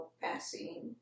passing